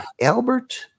Albert